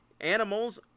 animals